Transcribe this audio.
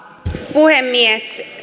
puhemies